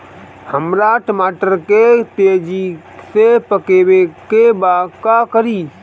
हमरा टमाटर के तेजी से पकावे के बा का करि?